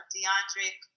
DeAndre